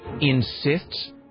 insists